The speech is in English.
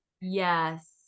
yes